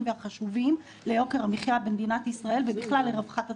והחשובים ליוקר המחייה במדינת ישראל ובכלל לרווחת הציבור.